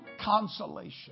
consolation